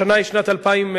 השנה היא שנת 2012,